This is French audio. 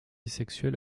sexuelle